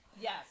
Yes